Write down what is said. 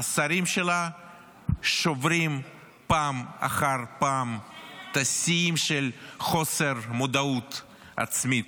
השרים שלה שוברים פעם אחר פעם שיאים של חוסר מודעות עצמית.